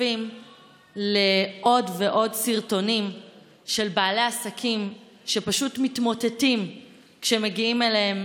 נחשפים לעוד ועוד סרטונים של בעלי עסקים שפשוט מתמוטטים כשמגיעים אליהם